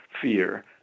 fear